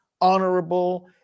honorable